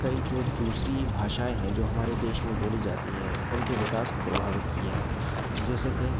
कई जो दूसरी भाषाएं हैं जो हमारे देश में बोली जाती हैं उनके विकास को प्रभावित किया है जैसे के